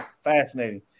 Fascinating